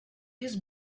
his